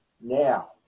now